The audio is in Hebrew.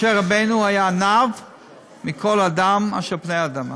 משה רבנו היה עניו מכל אדם אשר על פני האדמה.